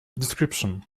description